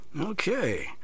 Okay